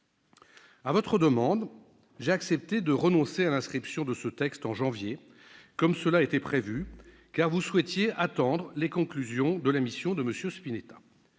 À votre demande, j'ai accepté de renoncer à l'inscription de ce texte à l'ordre du jour en janvier, comme cela était prévu, car vous souhaitiez attendre les conclusions de la mission de M. Spinetta.